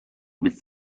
mit